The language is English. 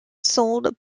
sold